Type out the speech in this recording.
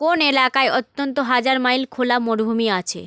কোন এলাকায় অন্তত হাজার মাইল খোলা মরুভূমি আছে